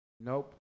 nope